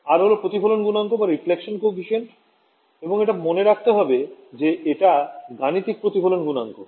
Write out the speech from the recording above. R হল প্রতিফলন গুনাঙ্ক এবং এটা মনে রাখতে হবে যে এটা গাণিতিক প্রতিফলন গুনাঙ্ক